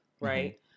Right